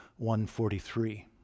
143